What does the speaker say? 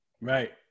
Right